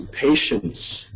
patience